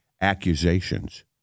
accusations